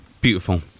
Beautiful